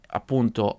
appunto